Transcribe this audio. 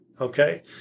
okay